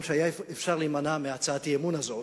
שאפשר היה להימנע מהצעת האי-אמון הזאת.